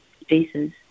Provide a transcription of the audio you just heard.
spaces